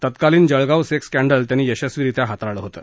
तत्कालीन Jalgaon sex scandal त्यांनी यशस्वीरित्या हाताळलं होतं